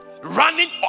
running